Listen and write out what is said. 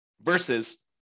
versus